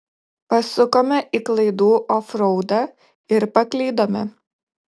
pasukome į klaidų ofraudą ir paklydome